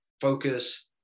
focus